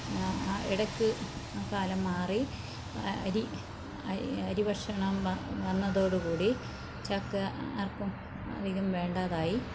ആ ഇടയ്ക്ക് ആ കാലം മാറി അരി അരി ഭക്ഷണം വന്നതോടുകൂടി ചക്ക ആർക്കും അധികം വേണ്ടാതായി